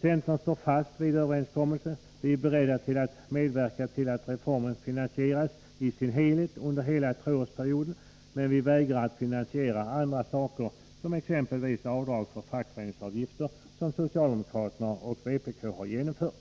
Centern står fast vid överenskommelsen. Vi är beredda att medverka till att reformen finansieras i sin helhet under hela treårsperioden, men vi vägrar att finansiera andra saker, exempelvis det avdrag för fackföreningsavgifter som socialdemokraterna och vpk har infört.